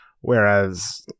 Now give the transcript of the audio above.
Whereas